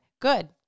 good